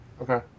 Okay